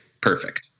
perfect